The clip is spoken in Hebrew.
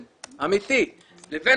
אבל הפער הזה בין סטרטאפ ניישן אמיתי לבין